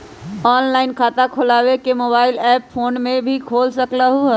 Online खाता खोले के मोबाइल ऐप फोन में भी खोल सकलहु ह?